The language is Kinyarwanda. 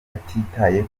atitaye